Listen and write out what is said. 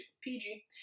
PG